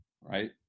right